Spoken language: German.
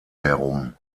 herum